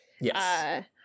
yes